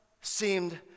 seemed